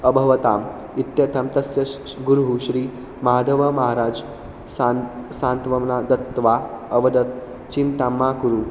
अभवताम् इत्यथं तस्य गुरुः श्री माधवमहाराज् सान् सान्त्वं ना दत्वा अवदत् चिन्तां मा कुरु